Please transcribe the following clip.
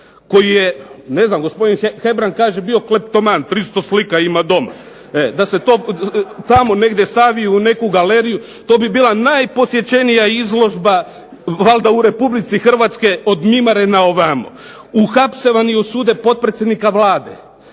premijera, ne znam gospodin Hebrang kaže da je bio kleptoman, 300 slika ima doma, da se to tamo stavi u neku galeriju to bi bila najposjećenija izložba valjda u RH od Mimare na ovamo. Uhapse vam i osude potpredsjednika Vlade,